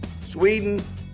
Sweden